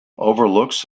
overlooks